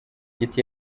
igiti